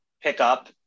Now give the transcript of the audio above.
pickup